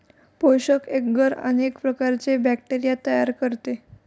पोषक एग्गर अनेक प्रकारचे बॅक्टेरिया तयार करते